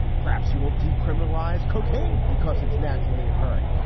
perhaps he will decriminalize cocaine because it's naturally occurring.